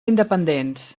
independents